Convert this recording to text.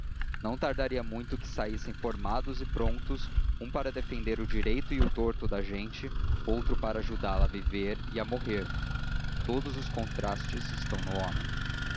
não tardaria muito que saíssem formados e prontos um para defender o direito e o torto da gente outro para ajudá-la a viver e a morrer todos os contrastes estão no homem